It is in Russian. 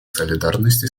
солидарности